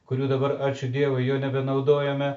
kurių dabar ačiū dievui jau nebenaudojame